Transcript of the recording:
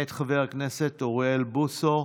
מאת חבר הכנסת אוריאל בוסו,